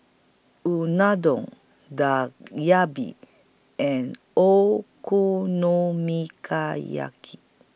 Unadon Dak and